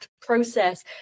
process